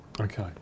Okay